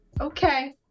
Okay